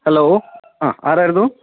hello ആ ആരായിരുന്നു